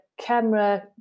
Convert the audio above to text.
camera